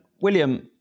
William